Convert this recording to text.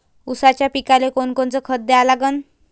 ऊसाच्या पिकाले कोनकोनचं खत द्या लागन?